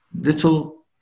little